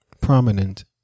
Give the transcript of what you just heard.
prominent